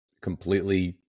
completely